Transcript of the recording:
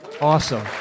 Awesome